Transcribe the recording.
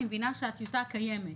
אני מבינה שהטיוטה קיימת.